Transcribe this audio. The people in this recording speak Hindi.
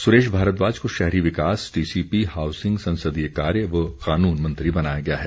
सुरेश भारद्वाज को शहरी विकास टीसीपी हाऊसिंग संसदीय कार्य व कानून मंत्री बनाया गया है